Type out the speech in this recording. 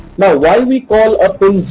now why we call ah